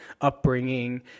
upbringing